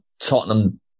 Tottenham